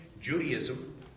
Judaism